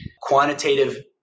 quantitative